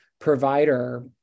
provider